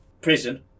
prison